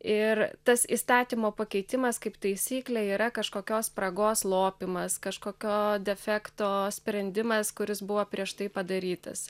ir tas įstatymo pakeitimas kaip taisyklė yra kažkokios spragos lopymas kažkokio defekto sprendimas kuris buvo prieš tai padarytas